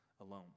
alone